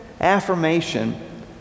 affirmation